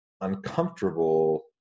uncomfortable